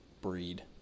breed